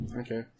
okay